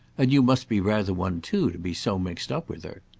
and you must be rather one too, to be so mixed up with her.